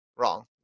wrong